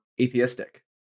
atheistic